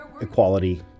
equality